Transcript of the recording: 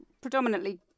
predominantly